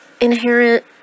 inherent